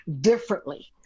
differently